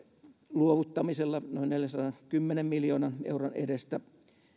luovuttamisella noin neljänsadankymmenen miljoonan euron edestä